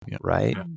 Right